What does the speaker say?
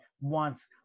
wants